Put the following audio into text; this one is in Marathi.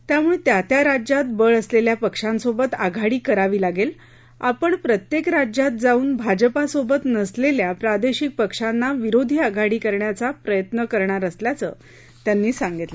त्यामुळे त्या त्या राज्यात बळ असलेल्या पक्षांसोबत आघाडी करावी लागेल आपण प्रत्येक राज्यात जाऊन भाजपासोबत नसलेल्या प्रादेशिक पक्षांना विरोधी आघाडीत आणण्याचा प्रयत्न करणार असल्याचं त्यांनी सांगितलं